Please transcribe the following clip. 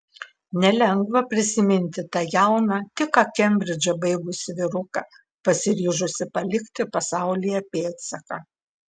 nelengva prisiminti tą jauną tik ką kembridžą baigusį vyruką pasiryžusį palikti pasaulyje pėdsaką